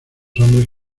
hombres